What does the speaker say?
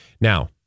now